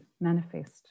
manifest